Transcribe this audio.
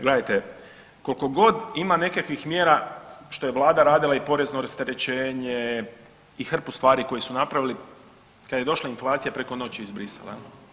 Gledajte, koliko god ima nekakvih mjera što je Vlada radila i porezno rasterećenje i hrpu stvari koje su napravili, kad je došla inflacija, preko noći je izbrisala.